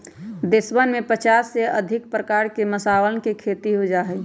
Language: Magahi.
देशवन में पचास से अधिक प्रकार के मसालवन के खेती कइल जा हई